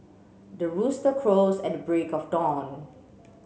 the rooster crows at the break of dawn